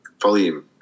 volume